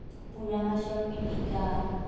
পুৰা মাছৰ পিতিকা